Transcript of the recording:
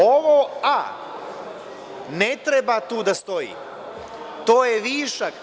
Ovo „a“ ne treba tu da stoji, to je višak.